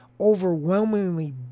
overwhelmingly